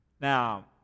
now